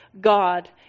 God